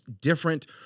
different